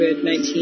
COVID-19